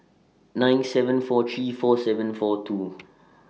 nine seven four three four seven four two